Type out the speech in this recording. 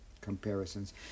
comparisons